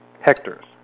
hectares